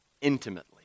intimately